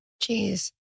Jeez